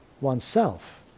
oneself